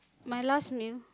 my last meal